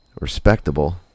respectable